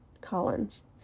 Collins